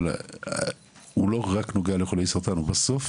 אבל זה בסוף לא נוגע רק לחולי סרטן אלא לכולם.